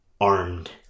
armed